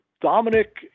Dominic